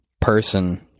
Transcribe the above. person